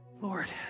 Lord